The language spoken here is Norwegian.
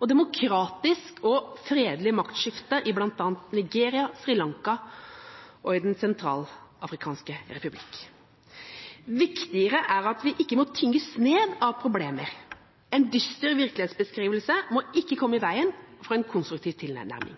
og demokratisk og fredelig maktskifte i bl.a. Nigeria, Sri Lanka og Den sentralafrikanske republikk. Viktigere er det at vi ikke må tynges ned av problemer. En dyster virkelighetsbeskrivelse må ikke komme i veien for en konstruktiv tilnærming.